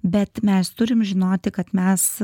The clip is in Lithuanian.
bet mes turim žinoti kad mes